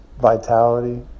vitality